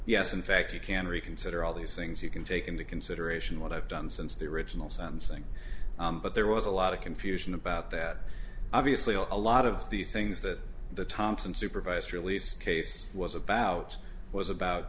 yes in fact you can reconsider all these things you can take into consideration what i've done since the original sentencing but there was a lot of confusion about that obviously a lot of these things that the thompson supervised release case was about was about